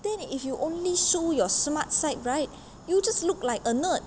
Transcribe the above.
then if you only so your smart side right you just look like a nerd